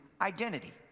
identity